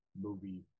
movie